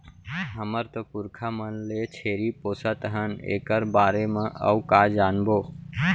हमर तो पुरखा मन ले छेरी पोसत हन एकर बारे म अउ का जानबो?